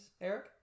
Eric